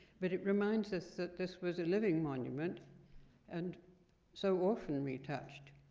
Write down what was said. but it reminds us that this was a living monument and so often retouched.